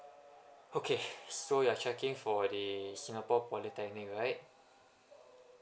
okay so you're checking for the singapore polytechnic right